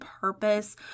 purpose